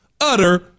utter